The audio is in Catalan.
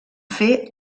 fer